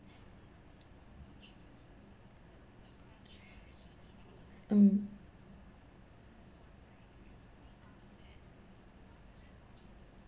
mm